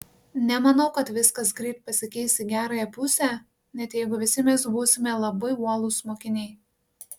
nemanau kad viskas greit pasikeis į gerąją pusę net jeigu visi mes būsime labai uolūs mokiniai